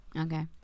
Okay